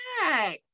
back